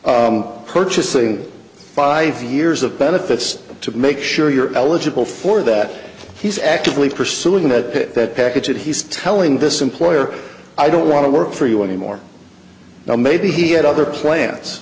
of purchasing by years of benefits to make sure you're eligible for that he's actively pursuing that package that he's telling this employer i don't want to work for you anymore now maybe he had other planets